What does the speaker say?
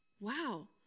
wow